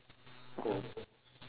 oh